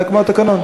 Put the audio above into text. זה כמו התקנון.